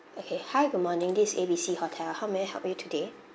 okay hi good morning this is A B C hotel how may I help you today